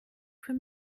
für